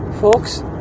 Folks